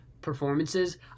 performances